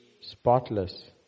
spotless